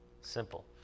simple